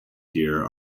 here